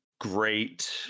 great